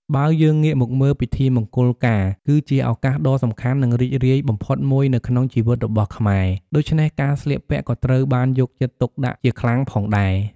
បើយើងងាកមកមើល ពិធីមង្គលការគឺជាឱកាសដ៏សំខាន់ និងរីករាយបំផុតមួយនៅក្នុងជីវិតរបស់ខ្មែរ ដូច្នេះការស្លៀកពាក់ក៏ត្រូវបានយកចិត្តទុកដាក់ជាខ្លាំងផងដែរ។